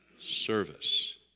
Service